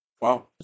Wow